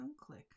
click